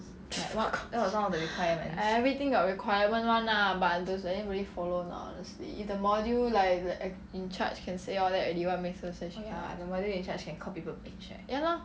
what conditions everything got requirement [one] lah but does anyone really follow or not honestly if the module like the in-charge can say all that already then what makes her say she cannot ya lor